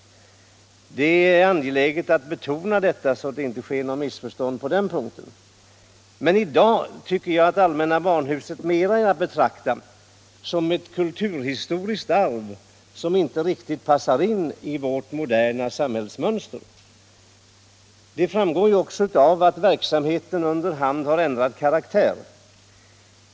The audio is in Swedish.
Det är angeläget att betona detta, så att det inte sker något missförstånd på den punkten. Men i dag är allmänna barnhuset mer att betrakta som ett kulturhistoriskt arv, som inte riktigt passar in i vårt moderna samhällsmönster. Det framgår också av att verksamheten under hand ändrat karaktär.